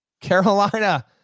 Carolina